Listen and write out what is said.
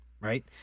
right